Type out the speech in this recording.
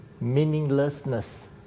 meaninglessness